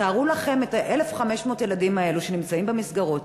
תארו לכם את 1,500 הילדים האלה שנמצאים במסגרות,